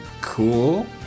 cool